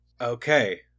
Okay